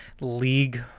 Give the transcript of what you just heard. league